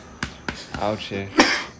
Ouchie